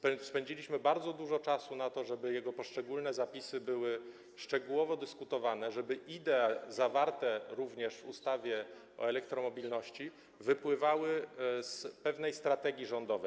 Poświęciliśmy bardzo dużo czasu na to, żeby jego poszczególne zapisy były szczegółowo dyskutowane, żeby idee zawarte również w ustawie o elektromobilności wypływały z pewnej strategii rządowej.